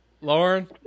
Lauren